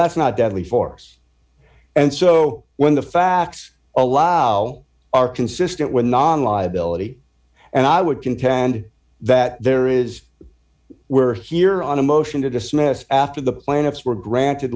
that's not deadly force and so when the facts allow are consistent with non liability and i would contend that there is were here on a motion to dismiss after the plaintiffs were granted